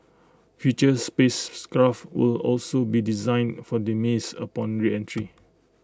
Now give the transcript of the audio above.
future space will also be designed for demise upon reentry